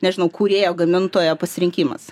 nežinau kūrėjo gamintojo pasirinkimas